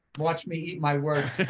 watch me eat my words.